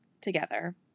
together